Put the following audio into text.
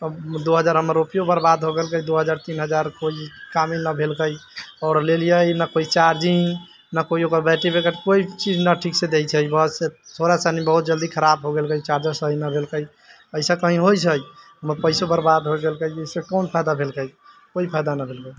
दू हजार हमर रुपैआ बर्बाद हो गेलकै दू हजार तीन हजार कोइ कामे न भेलकै आओर लेलियै न कोइ चार्जिंग न कोइ ओकर बैटरी बैकअप कोइ चीज न ठीक से दै छै बस थोड़ा सा ही बहुत जल्दी ख़राब हो गेलकै चार्जर सही न देलकै ऐसा कही होइ छै हमर पैसो बर्बाद हो गेलकै ऐसे कोन फायदा भेलकै कोइ फायदा न भेलकै